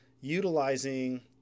utilizing